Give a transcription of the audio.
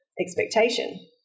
expectation